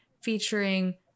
featuring